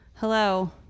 Hello